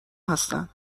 هستن